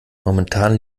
momentan